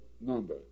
number